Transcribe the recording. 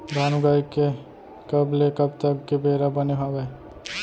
धान उगाए के कब ले कब तक के बेरा बने हावय?